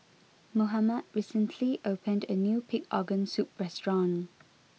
Mohamed recently opened a new pig organ soup restaurant